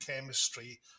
chemistry